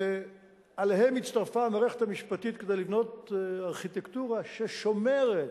ועליהם הצטרפה המערכת המשפטית כדי לבנות ארכיטקטורה ששומרת,